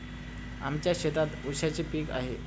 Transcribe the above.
आमच्या शेतात ऊसाचे पीक आहे